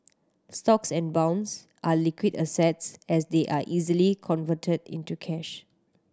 stocks and bonds are liquid assets as they are easily converted into cash